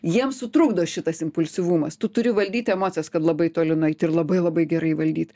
jiems sutrukdo šitas impulsyvumas tu turi valdyti emocijas kad labai toli nueit ir labai labai gerai valdyt